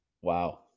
Wow